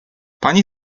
pani